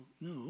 no